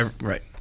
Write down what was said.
Right